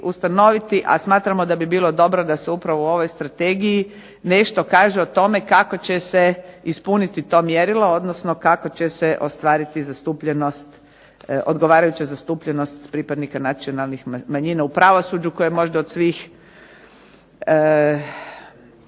a smatramo da bi bilo dobro da se upravo u ovoj Strategiji nešto kaže o tome kako će se ispuniti to mjerilo, odnosno kako će se ostvariti zastupljenost, odgovarajuća zastupljenost pripadnika nacionalnih manjina u pravosuđu koje možda od svih